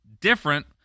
different